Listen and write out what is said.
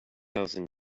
thousand